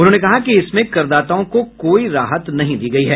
उन्होंने कहा कि इसमें करदाताओं को कोई राहत नहीं दी गयी है